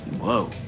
Whoa